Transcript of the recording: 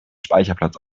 speicherplatz